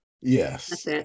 yes